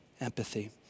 empathy